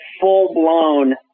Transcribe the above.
full-blown